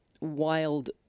wild